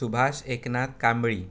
Subhash Eknath Kambli